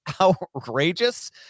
outrageous